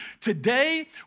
Today